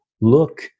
look